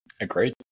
Agreed